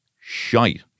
shite